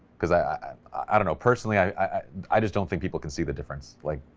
because i i don't know personally, i i just don't think people can see the difference, like